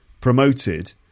promoted